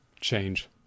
change